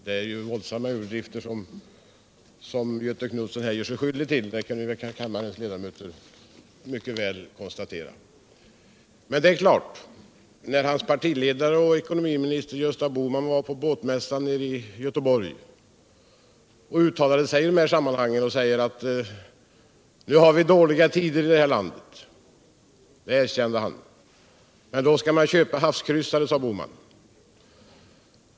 Göthe Knutson gör sig här skyldig till våldsamma överdrifter — det kan kammarens ledamöter mycket lätt konstatera. När Göthe Knutsons partiledare Gösta Bohman var nere på båtmässan i Göteborg erkände han att vi nu hade dåliga tider i det här landet. Men då skall man köpa havskryssare, sade herr Bohman.